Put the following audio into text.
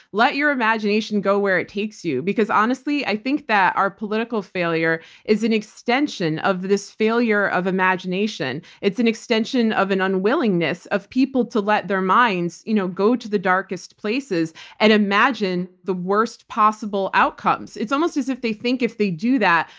let your imagination go where it takes you. because honestly, i think that our political failure is an extension of this failure of imagination. it's an extension of an unwillingness of people to let their minds you know go to the darkest places and imagine the worst possible outcomes. it's almost as if they think if they do that,